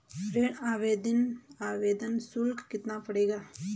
ऋण आवेदन शुल्क कितना पड़ेगा?